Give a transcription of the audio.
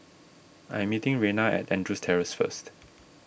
I am meeting Reyna at Andrews Terrace first